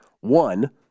One